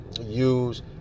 use